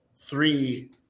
three